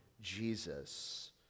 Jesus